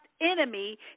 enemy